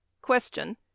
Question